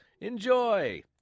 Enjoy